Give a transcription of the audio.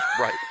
Right